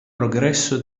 progresso